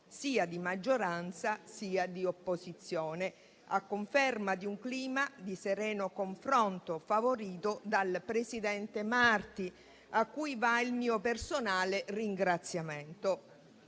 sia di maggioranza, sia di opposizione, a conferma di un clima di sereno confronto favorito dal presidente Marti, a cui va il mio personale ringraziamento.